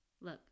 Look